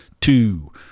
two